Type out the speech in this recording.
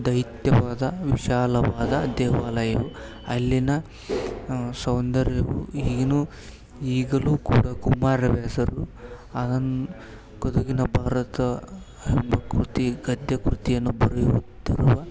ದೈತ್ಯವಾದ ವಿಶಾಲವಾದ ದೇವಾಲಯವು ಅಲ್ಲಿನ ಸೌಂದರ್ಯವು ಏನು ಈಗಲೂ ಕೂಡ ಕುಮಾರವ್ಯಾಸರು ಅದನ್ನ ಗದಗಿನ ಭಾರತ ಎಂಬ ಕೃತಿ ಗದ್ಯ ಕೃತಿಯನ್ನು ಬರೆಯುತ್ತಿರುವ